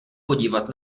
podívat